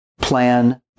plan